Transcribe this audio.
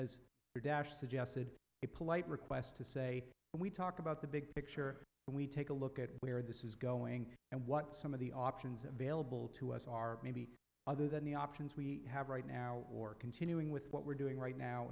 suggested a polite request to say when we talk about the big picture and we take a look at where this is going and what some of the options available to us are maybe other than the options we have right now or continuing with what we're doing right now